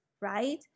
right